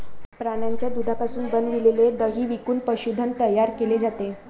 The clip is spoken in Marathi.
प्राण्यांच्या दुधापासून बनविलेले दही विकून पशुधन तयार केले जाते